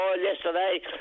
yesterday